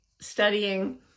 studying